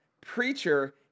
preacher